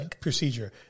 procedure